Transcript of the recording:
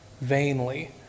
Vainly